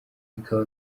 bikaba